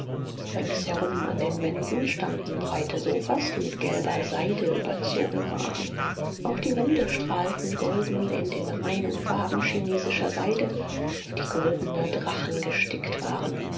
ringsherum an den wänden standen breite sofas die mit gelber seite überzogen waren auch die wände strahlten golden in den reinen farben chinesischer seide auf die goldene drachen gestickt waren